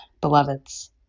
beloveds